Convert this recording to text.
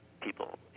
people